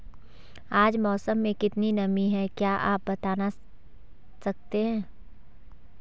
आज मौसम में कितनी नमी है क्या आप बताना सकते हैं?